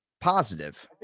positive